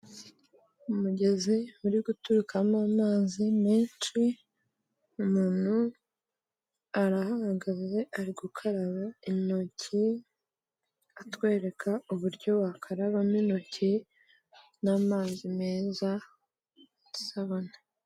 Umugezi uri guturikamo amazi menshi, umuntu arahahagaze ari gukaraba intoki, atwereka uburyo wakarabamo intoki n'amazi meza n'isabune.